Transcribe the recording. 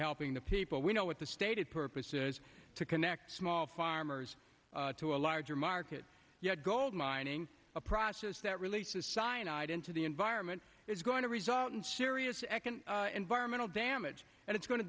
helping the people we know what the stated purpose is to connect small farmers to a larger market gold mining a process that releases cyanide into the environment is going to result in serious economic environmental damage and it's going to